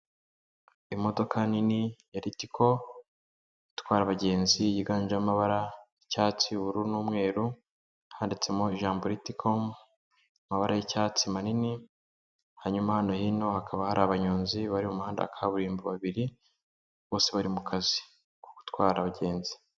Imodoka nini ya Ritco itwara abagenzi yiganje amabara y'icyatsi y'ubururu n'umweru, handitsemo ijambo Ritco, amabara y'icyatsi manini, hanyuma no hino hakaba hari abanyonzi bari mu muhanda wa kaburimbo babiri, bose bari mu kazi ko gutwara abagenzi.